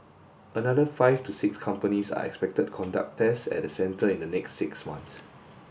another five to six companies are expected conduct tests at the centre in the next six months